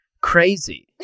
crazy